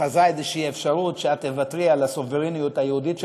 חזה איזושהי אפשרות שאת תוותרי על הסוברניות היהודית שלך,